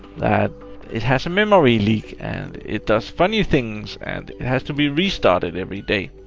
that it has a memory leak and it does funny things, and it has to be restarted every day.